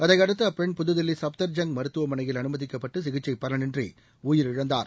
அதையடுத்து அப் பெண் புதுதில்லி சப்தர்ஜங் மருத்துவமனையில் அனுமதிக்கப்பட்டு சிகிச்சை பலனின்றி உயிரிழந்தார்